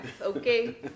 okay